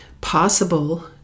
possible